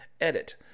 Edit